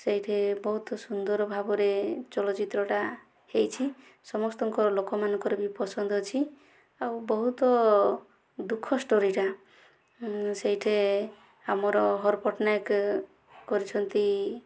ସେଇଠେ ବହୁତ ସୁନ୍ଦର ଭାବରେ ଚଳଚିତ୍ରଟା ହୋଇଛି ସମସ୍ତଙ୍କ ଲୋକମାନଙ୍କର ବି ପସନ୍ଦ ଅଛି ଆଉ ବହୁତ ଦୁଃଖ ଷ୍ଟୋରିଟା ସେଇଠେ ଆମର ହର ପଟ୍ଟନାୟକ କରିଛନ୍ତି